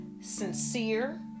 sincere